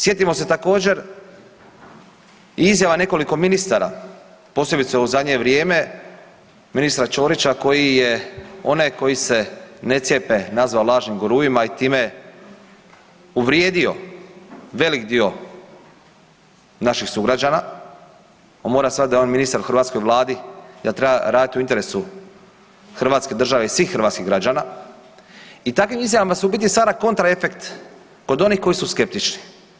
Sjetimo se također izjava nekoliko ministara, posebice u zadnje vrijeme, ministra Čorića koji je one koji se ne cijepe nazvao lažnim guruima i time uvrijedio velik dio naših sugrađana, on mora shvatiti da je on ministar u hrvatskoj Vladi i da treba raditi u interesu hrvatske države i svih hrvatskih građana i takvim izjavama se u biti stvara kontraefekt kod onih koji su skeptični.